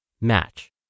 match